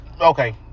okay